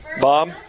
Bob